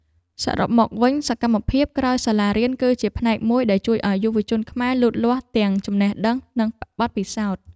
សរុបមកវិញសកម្មភាពក្រោយសាលារៀនគឺជាផ្នែកមួយដែលជួយឱ្យយុវជនខ្មែរលូតលាស់ទាំងចំណេះដឹងនិងបទពិសោធន៍។